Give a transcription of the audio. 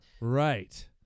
Right